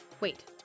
Wait